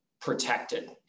protected